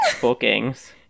bookings